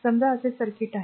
समजा असे सर्किट आहे